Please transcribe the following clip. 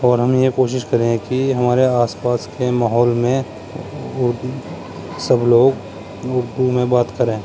اور ہم یہ کوشش کریں کہ ہمارے آس پاس کے ماحول میں سب لوگ اردو میں بات کریں